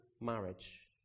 marriage